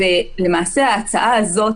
ולמעשה ההצעה הזאת,